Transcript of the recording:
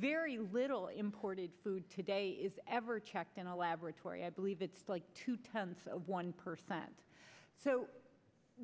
very little imported food today is ever checked in a laboratory i believe it's like two tenths of one per cent so